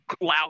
loud